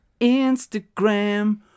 Instagram